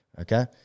Okay